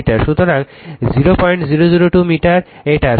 সুতরাং 0002 মিটার এটা